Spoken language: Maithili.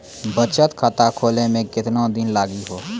बचत खाता खोले मे केतना दिन लागि हो?